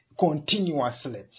continuously